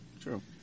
True